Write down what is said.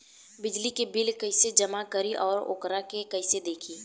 बिजली के बिल कइसे जमा करी और वोकरा के कइसे देखी?